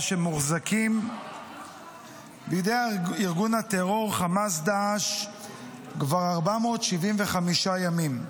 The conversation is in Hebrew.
שמוחזקים בידי ארגון הטרור חמאס-דאעש כבר 472 ימים.